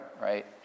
right